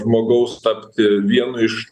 žmogaus tapti vienu iš